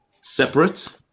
separate